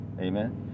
amen